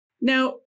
Now